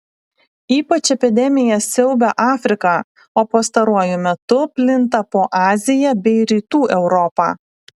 ypač epidemija siaubia afriką o pastaruoju metu plinta po aziją bei rytų europą